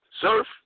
Surf